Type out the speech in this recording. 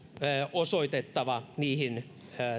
osoitettava niihin